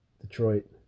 Detroit